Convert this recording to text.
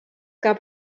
gab